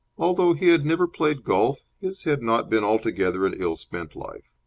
although he had never played golf, his had not been altogether an ill-spent life.